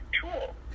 Tool